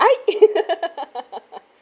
ai